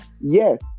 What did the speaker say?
yes